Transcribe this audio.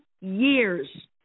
years